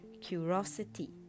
curiosity